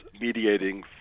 mediating